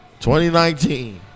2019